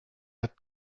hat